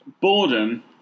boredom